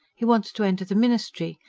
he wants to enter the ministry.